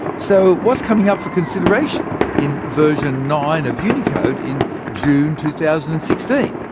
so what's coming up for consideration in version nine of unicode in june two thousand and sixteen?